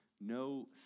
no